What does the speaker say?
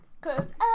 Cause